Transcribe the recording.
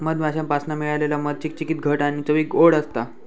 मधमाश्यांपासना मिळालेला मध चिकचिकीत घट्ट आणि चवीक ओड असता